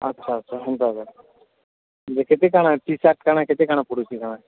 ଆଚ୍ଛା ଆଚ୍ଛା ହେନ୍ତା କେ ଯେ କେତେ କାଣା ଟି ସାର୍ଟ କାଣା କେତେ କାଣା ପଡ଼ୁଛିି